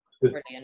Brilliant